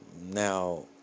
now